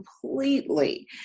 completely